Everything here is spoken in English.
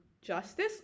justice